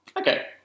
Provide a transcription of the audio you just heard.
Okay